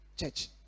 church